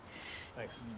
Thanks